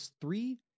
three